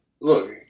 look